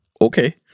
okay